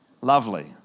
Lovely